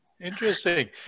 Interesting